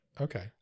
Okay